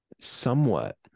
somewhat